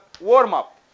warm-up